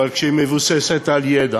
אבל כשהיא מבוססת על ידע.